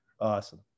Awesome